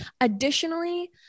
Additionally